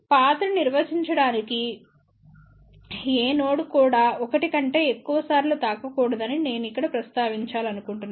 path ని నిర్వచించటానికిఏ node కూడా ఒకటి కంటే ఎక్కువసార్లు తాకకూడదు అని నేను ఇక్కడ ప్రస్తావించాలనుకుంటున్నాను